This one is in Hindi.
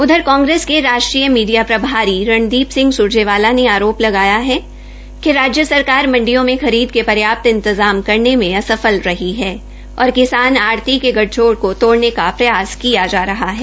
उधर कांग्रेस के राष्ट्रीय मीडिया प्रभारी रणदीप सिंह सुरजेवाला ने आरोप लगाया है कि राज्य सरकार मंडियों में खरीद के पर्याप्त इंतजाम करने मे असफल रही है और किसान आढ़ती के गठजोड़ को तोड़ने का प्रयास किया जा रहा है